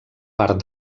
part